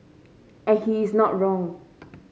and he is not wrong